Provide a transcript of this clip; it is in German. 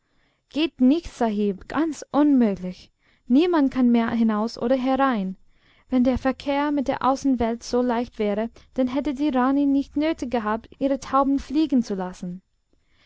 geht nicht sahib ganz unmöglich niemand kann mehr hinaus oder herein wenn der verkehr mit der außenwelt so leicht wäre dann hätte die rani nicht nötig gehabt ihre tauben fliegen zu lassen